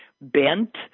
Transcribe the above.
Bent